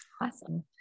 Awesome